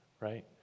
Right